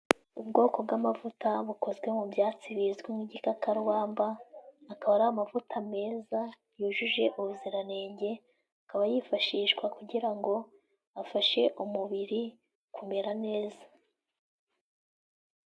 Ubwoko bw'amavuta bukozwe mu byatsi bizwi nk'igikakarubamba, akaba ari amavuta meza yujuje ubuziranenge, akaba yifashishwa kugira ngo afashe umubiri kumera neza.